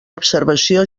observació